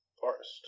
forest